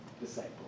disciple